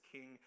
King